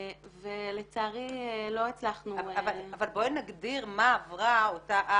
ולצערי לא הצלחנו --- אבל בואי נגדיר מה עברה אותה ע',